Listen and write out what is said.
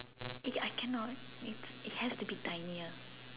it I cannot it has to be tinier